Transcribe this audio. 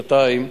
שנתיים,